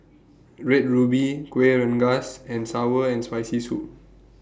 Red Ruby Kueh Rengas and Sour and Spicy Soup